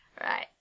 Right